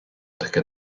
таке